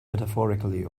metaphorically